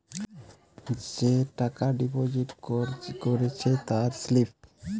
যে টাকা ডিপোজিট করেছে তার স্লিপ